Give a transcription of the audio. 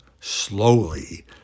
slowly